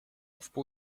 wpół